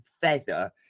feather